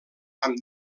amb